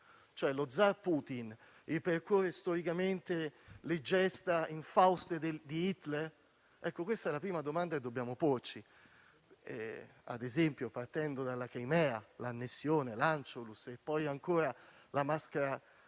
Lo zar Putin, cioè, ripercorre storicamente le gesta infauste di Hitler? Questa è la prima domanda che dobbiamo porci - ad esempio - partendo dalla Crimea, l'annessione (l'Anschluss), e poi ancora la maschera